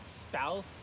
spouse